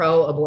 PRO-ABORTION